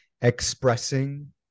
expressing